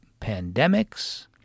pandemics